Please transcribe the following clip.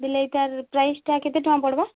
ବୋଇଲେ ଏଇଟାର୍ ପ୍ରାଇସ୍ଟା କେତେ ଟଙ୍କା ପଡ଼୍ବ